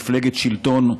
מפלגת שלטון,